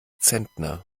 zentner